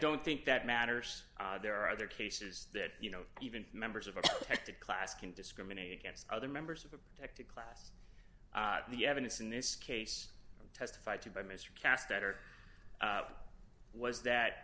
don't think that matters there are other cases that you know even members of a class can discriminate against other members of a protected class the evidence in this case testified to by mr cast doubt or was that